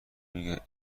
میگه